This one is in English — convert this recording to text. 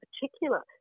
particular